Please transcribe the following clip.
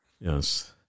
Yes